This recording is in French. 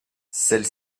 celle